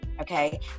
Okay